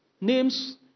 Names